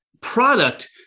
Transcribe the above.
product